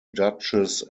duchess